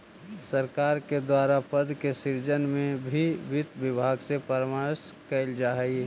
सरकार के द्वारा पद के सृजन में भी वित्त विभाग से परामर्श कैल जा हइ